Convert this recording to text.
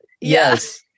Yes